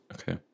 Okay